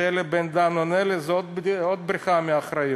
כשאלי בן-דהן עונה לי זה עוד בריחה מאחריות.